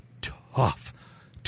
tough